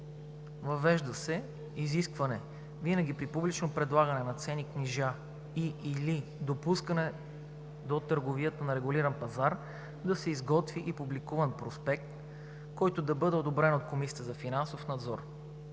Въвежда се изискване винаги при публично предлагане на ценни книжа и/или допускане да търговия на регулиран пазар да се изготви и публикува проспект, който да бъде одобрен от Комисията за финансов надзор.